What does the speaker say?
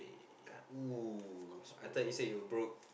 got oo I thought you say you were broke